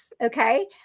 Okay